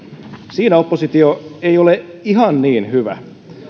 siinä oppositio ei ole ihan niin hyvä